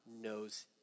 knows